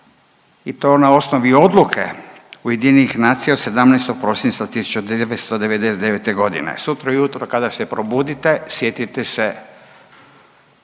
i to na osnovi odluke UN-a od 17. prosinca 1999.g. Sutra ujutro kada se probudite sjetite se